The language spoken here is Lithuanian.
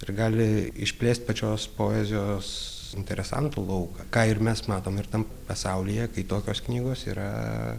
ir gali išplėst pačios poezijos interesantų lauką ką ir mes matome ir tam pasaulyje kai tokios knygos yra